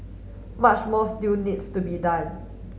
much more still needs to be done